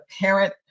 parent